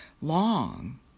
long